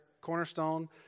Cornerstone